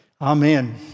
Amen